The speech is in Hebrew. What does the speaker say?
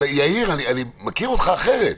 יאיר, אני מכיר אותך אחרת.